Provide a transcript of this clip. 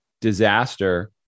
disaster